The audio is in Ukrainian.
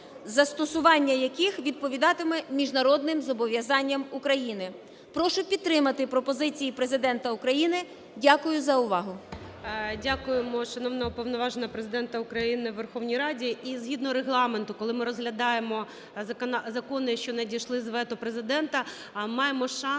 застосування яких відповідатиме міжнародним зобов'язанням України. Прошу підтримати пропозиції Президента України. Дякую за увагу.